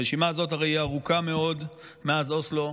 הרשימה הזאת הרי היא ארוכה מאוד מאז אוסלו,